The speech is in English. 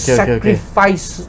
sacrifice